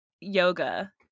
yoga